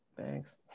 Thanks